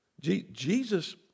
Jesus